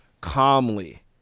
calmly